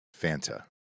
Fanta